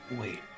Wait